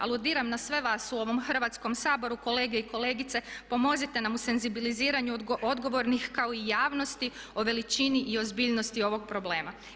Aludiram na sve vas u ovom Hrvatskom saboru kolege i kolegice, pomozite nam u senzibiliziranju odgovornih kao i javnosti o veličini i ozbiljnosti ovog problema.